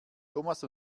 thomas